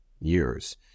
years